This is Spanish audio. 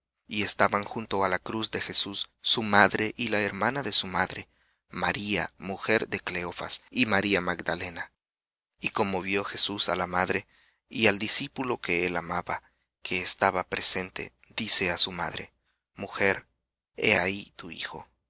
y estaban junto á la cruz de jesús su madre y la hermana de su madre maría de cleofas y maría magdalena y como vió jesús á la madre y al discípulo que él amaba que estaba presente dice á su madre mujer he ahí tu hijo